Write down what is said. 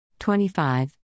25